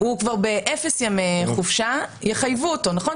הוא כבר באפס ימי חופשה, יחייבו אותו, נכון?